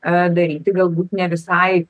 a daryti galbūt ne visai